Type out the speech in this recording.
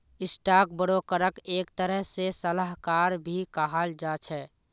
stock ब्रोकरक एक तरह से सलाहकार भी कहाल जा छे